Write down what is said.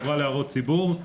זה עבר להערות ציבור,